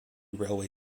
railway